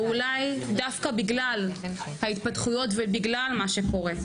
ואולי דווקא בכלל ההתפתחויות ובגלל מה שקורה.